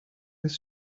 his